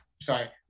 sorry